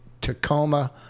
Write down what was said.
Tacoma